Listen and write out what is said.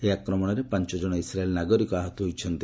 ଏହି ଆକ୍ରମଣରେ ପାଞ୍ଚ ଜଣ ଇସ୍ରାଏଲ୍ ନାଗରିକ ଆହତ ହୋଇଛନ୍ତି